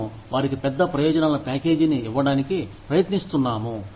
మేము వారికి పెద్ద ప్రయోజనాల ప్యాకేజీని ఇవ్వడానికి ప్రయత్నిస్తున్నాము